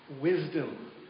wisdom